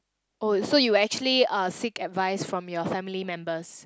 oh so you would actually uh seek advice from your family members